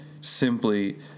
simply